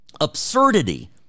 absurdity